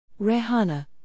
Rehana